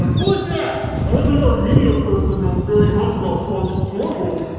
who's next? i don't think our media person knows very much about project zorgo.